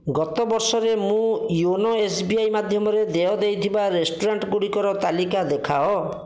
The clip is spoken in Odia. ଗତ ବର୍ଷରେ ମୁଁ ୟୋନୋ ଏସ୍ ବି ଆଇ ମାଧ୍ୟମରେ ଦେୟ ଦେଇଥିବା ରେଷ୍ଟୁରାଣ୍ଟ୍ଗୁଡ଼ିକର ତାଲିକା ଦେଖାଅ